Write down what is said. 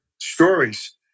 stories